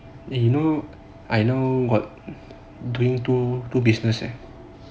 and you know I know friend do do business